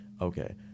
okay